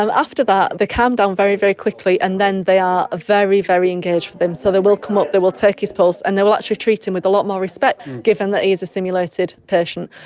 um after that they calm down very, very quickly and then they are very, very engaged with him. so they will come up, they will take his pulse, and they will actually treat him with a lot more respect, given that he is a simulated patient.